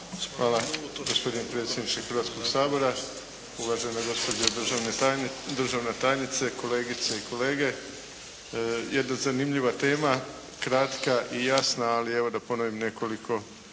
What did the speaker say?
Hvala gospodine predsjedniče Hrvatskog sabora, uvažene gospođe i državna tajnice, kolegice i kolege. Jedna zanimljiva tema, kratka i jasna, ali evo da ponovim nekoliko